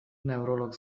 neurolog